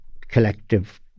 collective